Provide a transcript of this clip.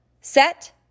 Set